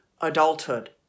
adulthood